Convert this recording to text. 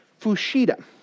Fushida